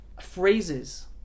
phrases